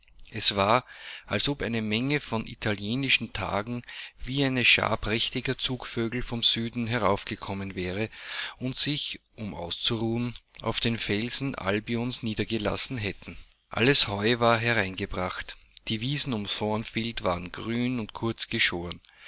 es war als ob eine menge von italienischen tagen wie eine schar prächtiger zugvögel vom süden heraufgekommen wäre und sich um auszuruhen auf den felsen albions niedergelassen hätte alles heu war hereingebracht die wiesen um thornfield waren grün und kurz geschoren